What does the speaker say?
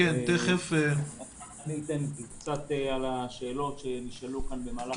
אני אענה קצת על השאלות שנשאלו כאן במהלך הדיון.